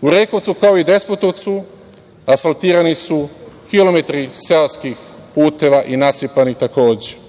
U Rekovcu, kao i Despotovcu asfaltirani su kilometri seoskih puteva i nasipani, takođe.